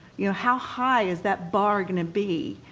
you know how high is that bar gonna be,